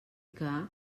que